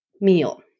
meal